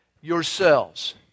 yourselves